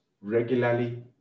regularly